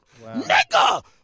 nigga